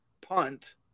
Punt